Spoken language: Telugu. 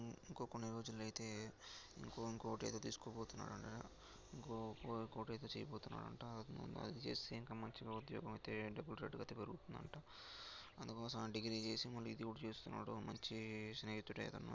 ఇంకో ఇంకో కొన్ని రోజుల్లో అయితే ఇంకో ఇంకోటి ఏదో తీసుకోపోతున్నాడంట ఇంకో ఇంకోటి ఏదో చేయపోతున్నాడంట అది చేసి ఇంకా మంచిగా ఉద్యోగం అయితే డబ్బులు పెరుగుతుందట అందుకోసం డిగ్రీ చేసి మళ్ళి ఇదికూడ చేస్తున్నాడు మంచి స్నేహితుడే అతను